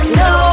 no